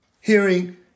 Hearing